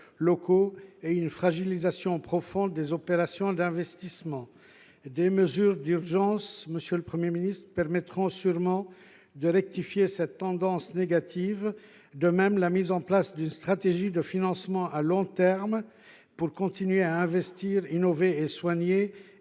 locaux et une fragilisation profonde des opérations d’investissement. Des mesures d’urgence, monsieur le Premier ministre, permettront sûrement de rectifier cette tendance négative. De plus, la mise en place d’une stratégie de financement à long terme, pour continuer à investir, innover et soigner